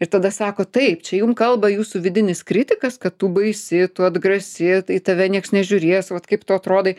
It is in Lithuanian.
ir tada sako taip čia jum kalba jūsų vidinis kritikas kad tu baisi tu atgrasi į tave nieks nežiūrės vat kaip tu atrodai